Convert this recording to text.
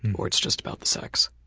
and or it's just about the sex.